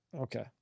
Okay